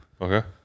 okay